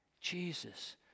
Jesus